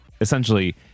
essentially